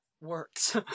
works